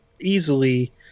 easily –